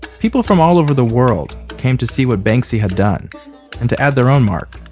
people from all over the world came to see what banksy had done and to add their own mark